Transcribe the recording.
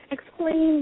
Explain